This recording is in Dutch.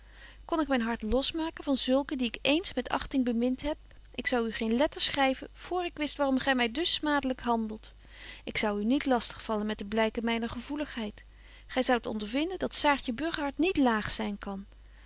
kon ik myn hart losmaken van zulken die ik ééns met achting bemind heb ik zou u geen letter schryven vr ik wist waarom gy my dus smadelyk handelt ik zou u niet lastig vallen met de blyken myner gevoeligheid gy zoudt ondervinden dat saartje burgerhart niet laag zyn kan